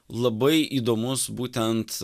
labai įdomus būtent